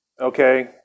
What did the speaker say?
Okay